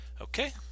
Okay